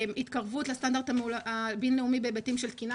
התקרבות לסטנדרט הבינלאומי בהיבטים של תקינה,